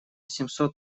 семьсот